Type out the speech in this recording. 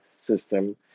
system